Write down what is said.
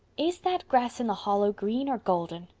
is that grass in the hollow green or golden?